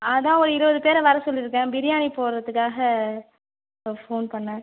அதுதான் ஒரு இருபது பேரை வர சொல்லியிருக்கேன் பிரியாணி போடுறதுக்காக ஃபோன் பண்ணிணேன்